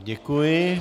Děkuji.